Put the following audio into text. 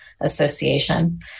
association